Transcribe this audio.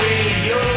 Radio